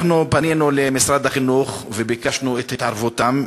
פנינו למשרד החינוך וביקשנו את התערבותם.